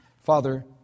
Father